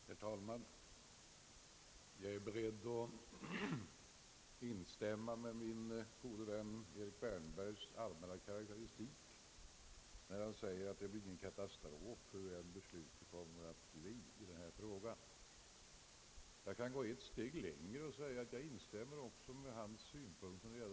Herr talman! Jag är beredd instämma med min gode vän herr Erik Wärnberg, när han säger att det inte blir någon katastrof vilket beslut vi än kommer att fatta i denna fråga. Jag kan gå ett steg längre och säga att jag också instämmer i hans synpunkter när det gäller alkoholreklam.